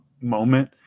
moment